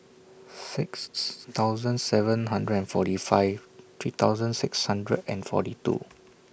six thousand seven hundred and forty five three thousand six hundred and forty two